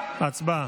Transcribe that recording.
הצבעה.